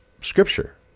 scripture